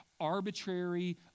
arbitrary